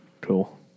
Cool